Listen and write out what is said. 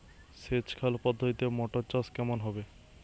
সেচ খাল পদ্ধতিতে মটর চাষ কেমন হবে?